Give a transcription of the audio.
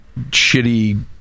shitty